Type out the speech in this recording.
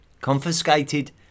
Confiscated